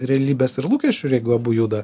realybės ir lūkesčių ir jeigu abu juda